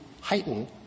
heighten